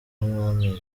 umwami